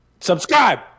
Subscribe